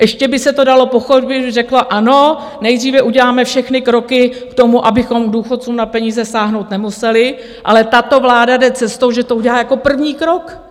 Ještě by se to dalo pochopit, kdyby řekla: Ano, nejdříve uděláme všechny kroky k tomu, abychom důchodcům na peníze sáhnout nemuseli ale tato vláda jde cestou, že to udělá jako první krok.